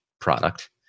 product